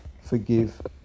forgive